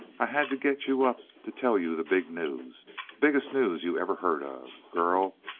i had to get you up to tell you the big news biggest news you ever heard of! girl,